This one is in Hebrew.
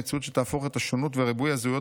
מציאות שתהפוך את השונות וריבוי הזהויות